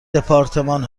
دپارتمان